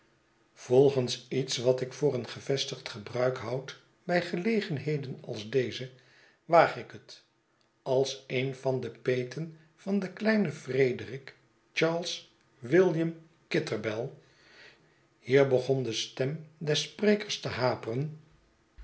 volgens iets wat ik voor een gevestigd gebruik houd bij gelegenheden als deze waag ik net als een van de peeten van den kleinen frederick charles william kitterbeli hier begon de stem des sprekers te haperen